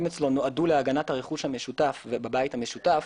אצלו נועדו להגנת הרכוש המשותף ובבית המשותף,